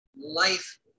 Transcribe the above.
life